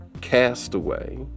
Castaway